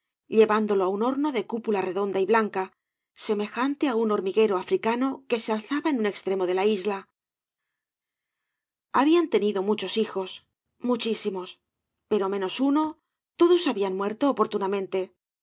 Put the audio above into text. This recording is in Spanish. llevándolo á un horno de cúpula redonda y blanca semejante á un hormiguero africano que se alzaba en un extremo de ia isla habían tenido muchos hijos muchísimos pero menos uno todos habían muerto oportunamente